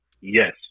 Yes